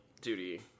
duty